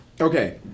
Okay